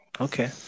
Okay